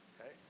okay